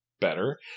better